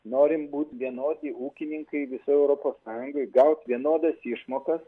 norim būt vienodi ūkininkai visoj europos sąjungoj gaut vienodas išmokas